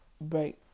break